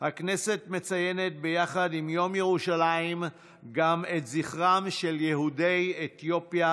הכנסת מציינת עם יום ירושלים גם את זכרם של יהודי אתיופיה